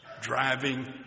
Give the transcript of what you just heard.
Driving